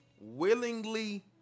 willingly